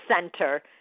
center